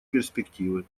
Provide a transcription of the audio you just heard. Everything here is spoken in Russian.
перспективы